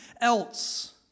else